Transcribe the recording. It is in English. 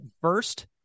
first